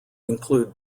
include